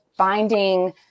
Finding